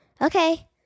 okay